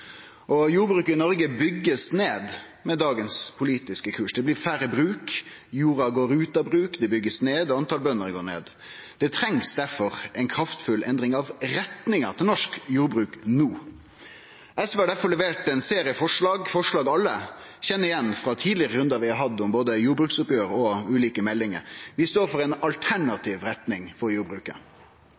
blir bygd ned, og talet på bønder går ned. Det trengst difor ei kraftfull endring av retninga for norsk jordbruk – no. SV har difor levert ein serie forslag – forslag alle kjenner igjen frå tidlegare rundar vi har hatt om både jordbruksoppgjer og ulike meldingar. Vi står for ei alternativ retning for jordbruket.